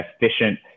efficient